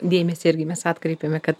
dėmesį irgi mes atkreipėme kad